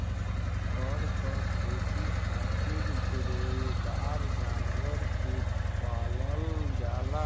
फर क खेती खातिर रोएदार जानवर के पालल जाला